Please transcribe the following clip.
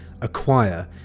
acquire